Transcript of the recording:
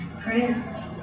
Prayer